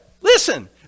listen